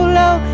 low